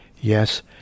Yes